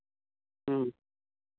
ᱦᱮᱸ